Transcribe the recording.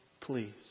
please